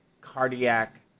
cardiac